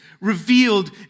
revealed